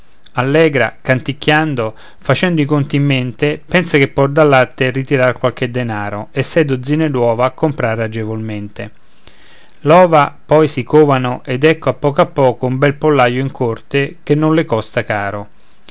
allegra canticchiando facendo i conti in mente pensa che può dal latte ritrar qualche denaro e sei dozzine d'ova comprare agevolmente l'ova di poi si covano ed ecco a poco a poco un bel pollaio in corte che non le costa caro